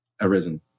arisen